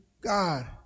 God